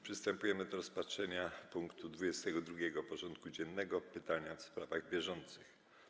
Przystępujemy do rozpatrzenia punktu 22. porządku dziennego: Pytania w sprawach bieżących.